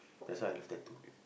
that's why I love tattoo